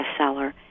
bestseller